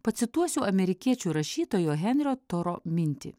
pacituosiu amerikiečių rašytojo henrio toro mintį